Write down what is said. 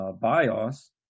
bios